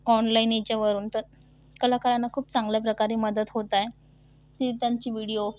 online याच्यावरून तर कलाकारांना खूप चांगल्याप्रकारे मदत होत आहे हे त्यांचे विडिओ